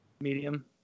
Medium